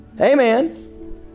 Amen